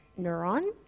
neuron